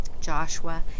Joshua